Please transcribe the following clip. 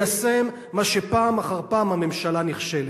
ליישם, מה שפעם אחר פעם הממשלה נכשלת.